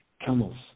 camels